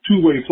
two-way